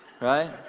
Right